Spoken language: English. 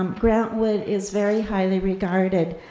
um grant wood is very highly regarded,